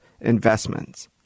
investments